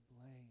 blame